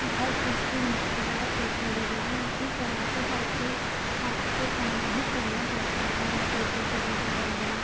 ہر چیز کی مشکلات ہوتی ہے لیکن اسی طرح سے ہر چیز ہاتھ کے کام ہی کرنا پڑتا تھا لکڑی کے چولہے پہ بنانا